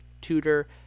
tutor